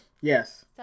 Yes